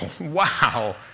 wow